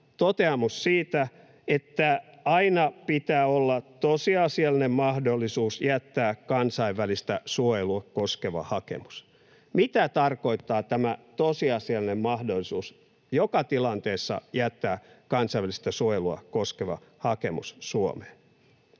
toteamus siitä, että aina pitää olla tosiasiallinen mahdollisuus jättää kansainvälistä suojelua koskeva hakemus. Mitä tarkoittaa tämä tosiasiallinen mahdollisuus joka tilanteessa jättää kansainvälistä suojelua koskeva hakemus Suomeen?